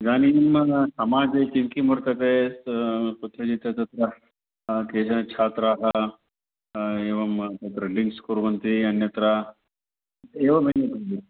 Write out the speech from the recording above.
इदानीं मम समाजे किं किं वर्तते पुथुळीत तत्र केषां छा त्राः एवं तत्र ड्रिङ्ग्स् कुर्वन्ति अन्यत्र एवमेवं रीत्या